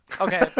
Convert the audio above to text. Okay